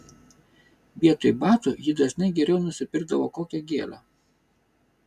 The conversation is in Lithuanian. vietoj batų ji dažnai geriau nusipirkdavo kokią gėlę